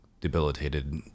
debilitated